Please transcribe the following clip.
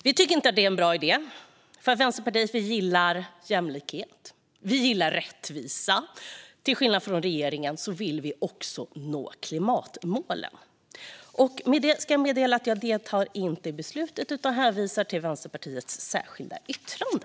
Vi tycker att detta inte är någon bra idé. Vi i Vänsterpartiet gillar jämlikhet. Vi gillar rättvisa. Och till skillnad från regeringen vill vi också nå klimatmålen. Med detta vill jag hänvisa till Vänsterpartiets särskilda yttrande.